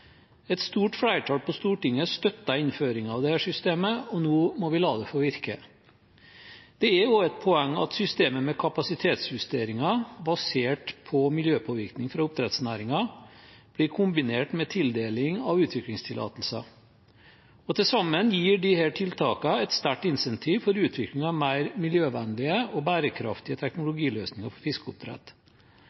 Et stort flertall på Stortinget støtter innføringen av dette systemet, og nå må vi la det få virke. Det er også et poeng at systemet med kapasitetsjusteringer basert på miljøpåvirkning fra oppdrettsnæringen er kombinert med tildeling av utviklingstillatelser. Til sammen gir disse tiltakene et sterkt incentiv for utvikling av mer miljøvennlige og bærekraftige teknologiløsninger for fiskeoppdrett.